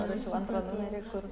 parašiau antrą numerį kur